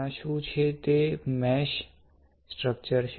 આ શું છે તે મેશ સ્ટ્રક્ચર છે